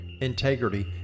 integrity